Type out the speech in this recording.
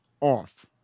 off